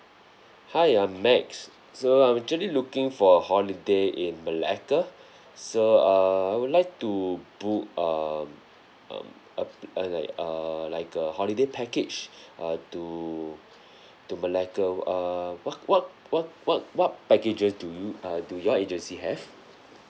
hi I'm max so I'm actually looking for a holiday in malacca so err I would like to book um um uh uh like err like a holiday package uh to to malacca err what what what what what packages do you uh do your agency have